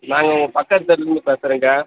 நாங்கள் இங்கே பக்கத்து தெருவிலேருந்து பேசுகிறேங்க